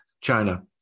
China